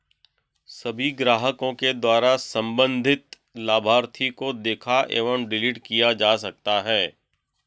सभी ग्राहकों के द्वारा सम्बन्धित लाभार्थी को देखा एवं डिलीट किया जा सकता है